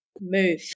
Move